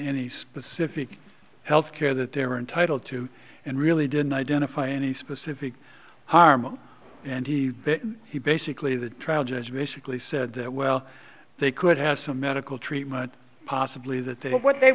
any specific health care that they were entitled to and really didn't identify any specific harm and he he basically the trial judge basically said that well they could have some medical treatment possibly that they know what they